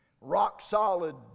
rock-solid